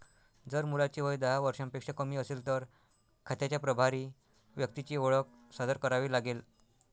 जर मुलाचे वय दहा वर्षांपेक्षा कमी असेल, तर खात्याच्या प्रभारी व्यक्तीची ओळख सादर करावी लागेल